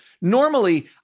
Normally